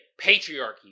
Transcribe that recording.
patriarchy